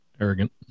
arrogant